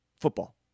football